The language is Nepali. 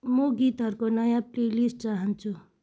म गीतहरूको नयाँ प्ले लिस्ट चाहन्छु